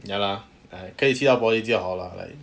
ya lah like 可以去到 poly 就好 lah like